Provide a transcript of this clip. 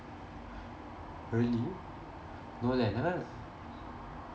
really no leh never